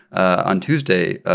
on tuesday,